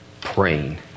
praying